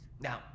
Now